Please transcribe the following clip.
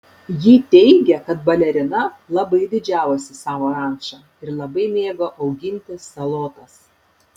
ji teigia kad balerina labai didžiavosi savo ranča ir labai mėgo auginti salotas